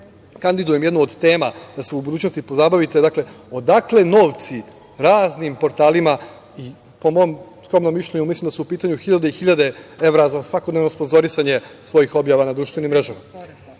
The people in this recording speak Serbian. kandidujem jednu od tema, kojom bi u budućnosti trebali da se pozabavite. Dakle, odakle novci raznim portalima, po mom skromnom mišljenju, mislim da su u pitanju hiljade i hiljade evra za svakodnevno sponzorisanje svojih objava na društvenim mrežama?